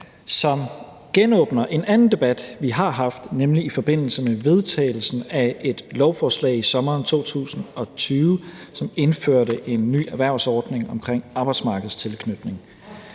som genåbner en anden debat, vi har haft, nemlig i forbindelse med vedtagelsen af et lovforslag i sommeren 2020, som indførte en ny erhvervsordning om arbejdsmarkedstilknytning.